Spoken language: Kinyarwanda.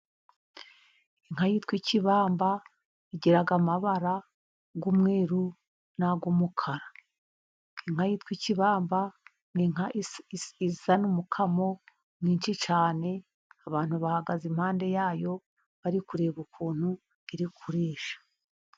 Inka yitwa Ikibamba igira amabara y'umweru n'ay'umukara. Inka yitwa Ikibamba ni inka izana umukamo mwinshi cyane. Abantu bahagaze impande yayo bari kureba ukuntu iri kurisha.